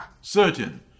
Certain